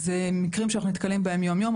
אלה מקרים שאנחנו נתקלים בהם יום-יום.